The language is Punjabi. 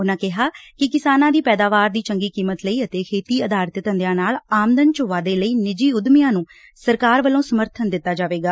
ਉਨਾਂ ਕਿਹਾ ਕਿ ਕਿਸਾਨਾਂ ਦੀ ਪੈਦਾਵਾਰ ਦੀ ਚੰਗੀ ਕੀਮਤ ਲਈ ਅਤੇ ਖੇਤੀ ਆਧਾਰਿਤ ਧੰਦਿਆਂ ਨਾਲ ਆਮਦਨ ਚ ਵਾਧੇ ਲਈ ਨਿਜੀ ਉਦਮੀਆਂ ਨੁੰ ਸਰਕਾਰ ਵੱਲੋਂ ਸਮਰਥਨ ਦਿੱਤਾ ਜਾਵੇਗਾ